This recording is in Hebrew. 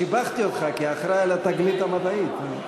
שיבחתי אותך כאחראי לתגלית המדעית.